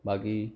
बाकी